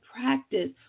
practice